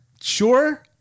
Sure